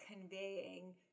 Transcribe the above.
conveying